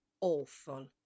awful